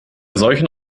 solchen